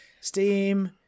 Steam